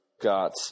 got